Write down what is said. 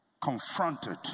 confronted